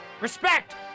respect